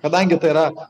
kadangi tai yra